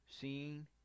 seeing